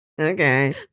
Okay